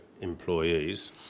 employees